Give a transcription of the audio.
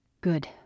Good